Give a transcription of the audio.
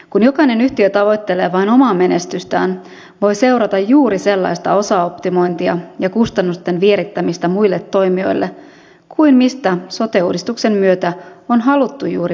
kun jokainen yhtiö tavoittelee vain omaa menestystään voi seurata juuri sellaista osaoptimointia ja kustannusten vierittämistä muille toimijoille kuin mistä sote uudistuksen myötä on haluttu juuri päästä eroon